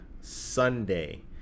Sunday